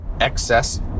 excess